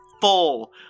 Full